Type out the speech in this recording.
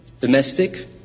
domestic